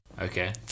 okay